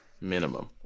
minimum